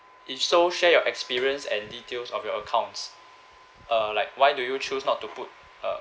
if so share your experience and details of your accounts uh like why do you choose not to put uh